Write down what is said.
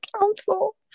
council